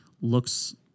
looks